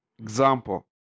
Example